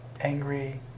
angry